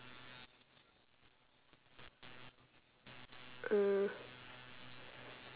uh